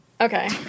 Okay